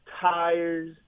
tires